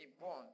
born